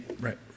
right